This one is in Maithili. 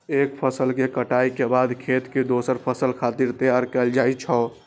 एक फसल के कटाइ के बाद खेत कें दोसर फसल खातिर तैयार कैल जाइ छै